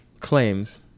claims